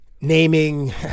naming